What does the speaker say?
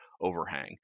overhang